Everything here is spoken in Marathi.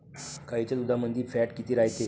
गाईच्या दुधामंदी फॅट किती रायते?